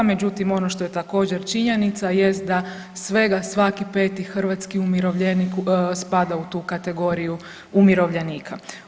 Međutim, ono što je također činjenica jest da svega svaki 5-ti hrvatski umirovljenik spada u tu kategoriju umirovljenika.